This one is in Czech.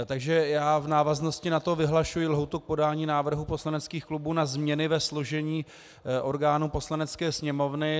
Takže já v návaznosti na to vyhlašuji lhůtu k podání návrhů poslaneckých klubů na změny ve složení orgánů Poslanecké sněmovny.